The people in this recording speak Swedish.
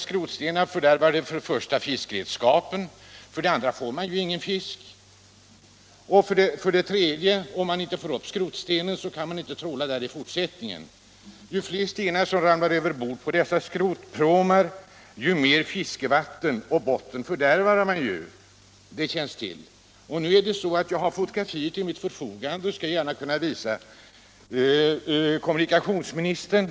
Skrotstenarna fördärvar för det första fiskeredskapen. För det andra får man ingen fisk, och för det tredje kan man inte tråla där i fortsättningen om man inte får upp skrotstenen. Ju fler stenar som ramlar över bord från dessa pråmar, desto mer fiskevatten och bottenyta fördärvar man. Jag har till mitt förfogande fotografier, som jag gärna visar för kommunikationsministern.